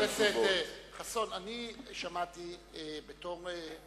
אדוני, אבל את התשובה הזאת אנחנו כבר מכירים.